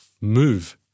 move